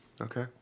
Okay